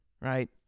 Right